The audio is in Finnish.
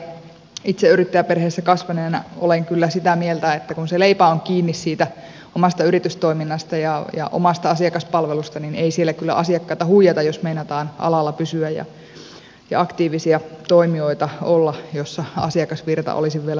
itse yrittäjäperheessä kasvaneena olen kyllä sitä mieltä että kun se leipä on kiinni siitä omasta yritystoiminnasta ja omasta asiakaspalvelusta niin ei siellä kyllä asiakkaita huijata jos meinataan alalla pysyä ja aktiivisia toimijoita olla alalla jossa asiakasvirta olisi vielä toivottavasti pysyvä